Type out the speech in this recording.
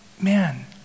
man